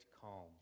calm